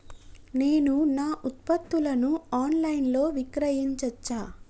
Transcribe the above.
నేను నా ఉత్పత్తులను ఆన్ లైన్ లో విక్రయించచ్చా?